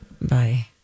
Bye